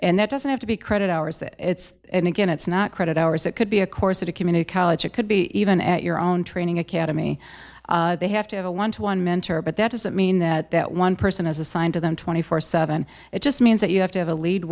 and that doesn't have to be credit hours that it's again it's not credit hours at could be a course at a community college it could be even at your own training academy they have to have a one to one mentor but that doesn't mean that that one person has assigned to them twenty four seven it just means that you have to have a lead